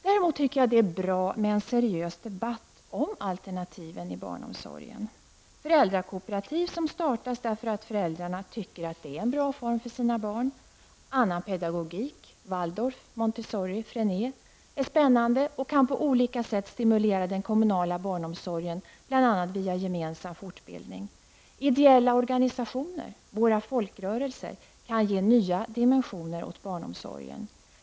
Däremot tycker jag att det är bra om vi får en seriös debatt om alternativen i barnomsorgen, som t.ex. föräldrakooperativ som startas därför att föräldrarna anser att det är en bra form av barnomsorg för deras barn. Annan pedagogik -- Waldorf, Montessori, Freinet -- är spännande och kan på olika sätt stimulera den kommunala barnomsorgen, bl.a. via gemensam fortbildning. Ideella organisationer -- våra folkrörelser -- kan ge nya dimensioner åt barnomsorgen.